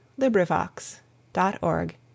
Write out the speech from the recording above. LibriVox.org